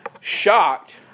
shocked